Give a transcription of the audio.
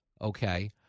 okay